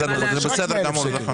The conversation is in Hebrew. שלומית, זה בסדר גמור.